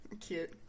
cute